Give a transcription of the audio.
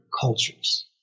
Cultures